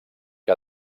que